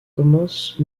commence